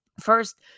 First